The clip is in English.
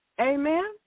Amen